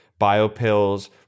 BioPills